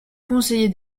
conseiller